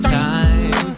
time